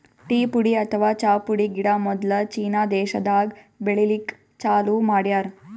tea ಪುಡಿ ಅಥವಾ ಚಾ ಪುಡಿ ಗಿಡ ಮೊದ್ಲ ಚೀನಾ ದೇಶಾದಾಗ್ ಬೆಳಿಲಿಕ್ಕ್ ಚಾಲೂ ಮಾಡ್ಯಾರ್